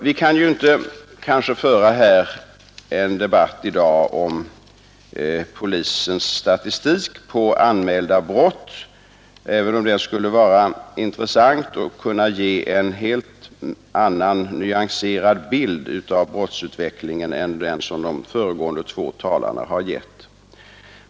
Vi kan kanske inte här i dag föra en debatt om polisens statistik på anmälda brott, även om det skulle vara intressant och kunna ge en helt annan, nyanserad bild av brottsutvecklingen än den de föregående två talarna har gett.